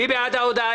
מי בעד אישור ההודעה?